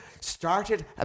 Started